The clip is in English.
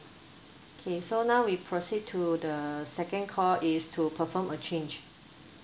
okay so now we proceed to the second call is to perform a change